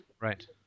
Right